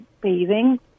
bathing